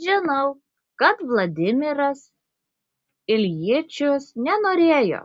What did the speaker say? žinau kad vladimiras iljičius nenorėjo